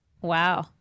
wow